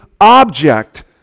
object